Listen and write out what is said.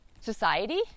society